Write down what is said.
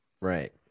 Right